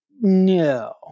No